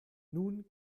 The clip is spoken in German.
nun